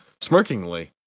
smirkingly